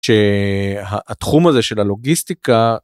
שהתחום הזה של הלוגיסטיקה.